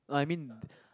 I mean